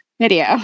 video